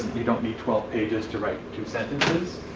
you don't need twelve pages to write two sentences,